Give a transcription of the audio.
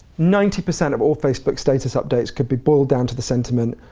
ninety percent of all facebook status updates could be balled down to the sentiment,